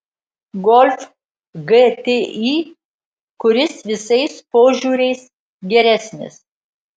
golf gti kuris visais požiūriais geresnis